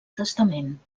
testament